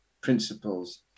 principles